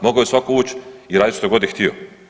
Mogao je svatko ući i raditi što god je htio.